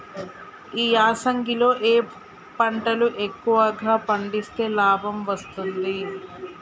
ఈ యాసంగి లో ఏ పంటలు ఎక్కువగా పండిస్తే లాభం వస్తుంది?